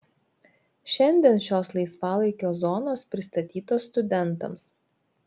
šiandien šios laisvalaikio zonos pristatytos studentams